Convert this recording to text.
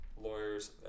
lawyers